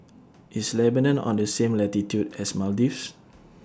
IS Lebanon on The same latitude as Maldives